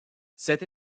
cette